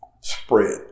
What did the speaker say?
spread